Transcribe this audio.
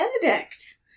Benedict